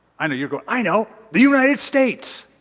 i know, you're going, i know. the united states.